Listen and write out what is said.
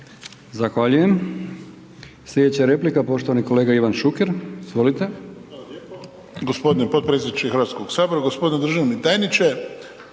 Zahvaljujem. Slijedeća replika poštovani kolega Ivan Šuker. Izvolite.